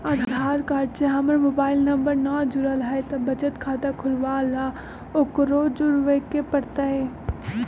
आधार card से हमर mobile number न जुरल है त बचत खाता खुलवा ला उकरो जुड़बे के पड़तई?